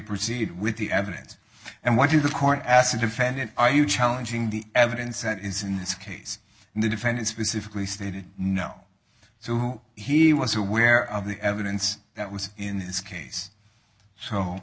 proceed with the evidence and what you the court asked the defendant are you challenging the evidence that is in this case and the defendant specifically stated no so who he was aware of the evidence that was in this case so